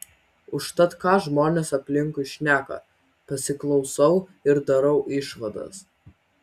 užtat ką žmonės aplinkui šneka pasiklausau ir darau išvadas